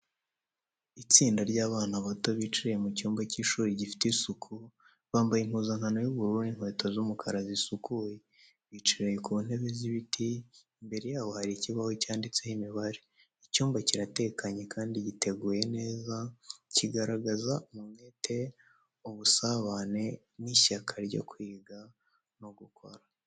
Itsinda ry’abana bato bicaye mu cyumba cy’ishuri gifite isuku, bambaye impuzankano y’ubururu n’inkweto z’umukara zisukuye. Bicaye ku ntebe z’ibiti, imbere yabo hari ikibaho cyanditseho imibare. Icyumba kiratekanye kandi giteguye neza, kigaragaza umwete, ubusabane n’ishyaka ryo kwiga no gukura.